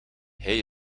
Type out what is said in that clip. hij